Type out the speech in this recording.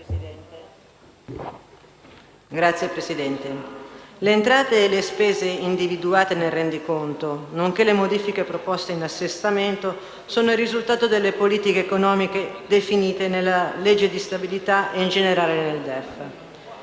Signor Presidente, le entrate e le spese individuate nel Rendiconto, nonché le modifiche proposte in assestamento, sono il risultato delle politiche economiche definite nella legge di stabilità e in generale nel DEF.